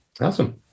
awesome